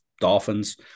Dolphins